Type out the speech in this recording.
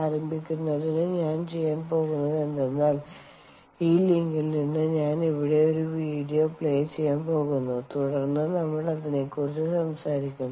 ആരംഭിക്കുന്നതിന് ഞാൻ ചെയ്യാൻ പോകുന്നതെന്തനാൽ ഈ ലിങ്കിൽ നിന്ന് ഞാൻ ഇവിടെ ഒരു വീഡിയോ പ്ലേ ചെയ്യാൻ പോകുന്നു തുടർന്ന് നമ്മൾ അതിനെക്കുറിച്ച് സംസാരിക്കും